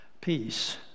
Peace